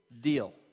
deal